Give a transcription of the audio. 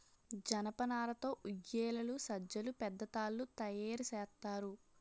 జనపనార తో ఉయ్యేలలు సజ్జలు పెద్ద తాళ్లు తయేరు సేత్తారు